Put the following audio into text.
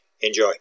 Enjoy